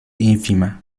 ínfima